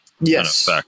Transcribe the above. Yes